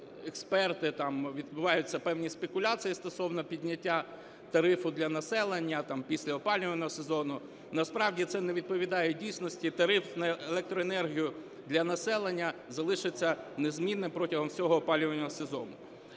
експерти, там відбуваються певні спекуляції стосовно підняття тарифу для населення там після опалювального сезону. Насправді це не відповідає дійсності. Тариф на електроенергію для населення залишиться незмінним протягом всього опалювального сезону.